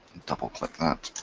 double-click that